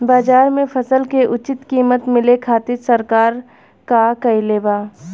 बाजार में फसल के उचित कीमत मिले खातिर सरकार का कईले बाऽ?